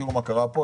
תראו מה קרה פה,